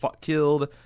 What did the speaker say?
killed